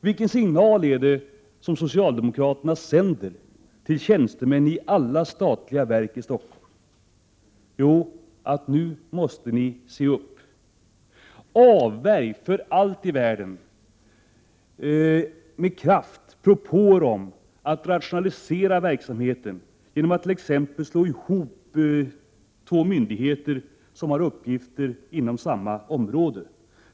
Vilken signal är det som socialdemokraterna sänder till tjänstemän i alla statliga verk i Stockholm? Jo: Nu måste ni se upp! Avvärj för allt i världen med kraft propåer om att rationalisera verksamheten, t.ex. genom att slå ihop två myndigheter som har uppgifter inom samma område.